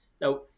Now